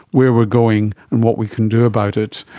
where we're going and what we can do about it?